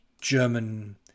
German